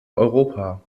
europa